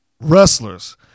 wrestlers